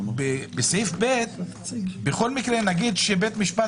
ובסעיף קטן (ב) בכל מקרה נגיד שבית משפט